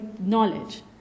knowledge